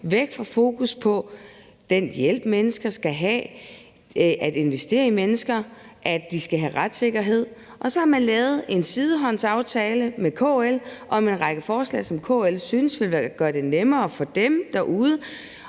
væk fra fokus på den hjælp, mennesker skal have, på at investere i mennesker og på, at de skal have retssikkerhed, og så har man lavet en aftale med KL om en række forslag, som KL synes vil gøre det nemmere for dem derude,